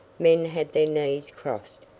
men had their knees crossed.